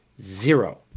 Zero